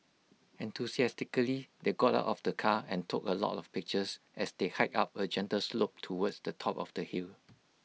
enthusiastically they got out of the car and took A lot of pictures as they hiked up A gentle slope towards the top of the hill